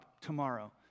tomorrow